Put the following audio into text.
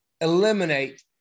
eliminate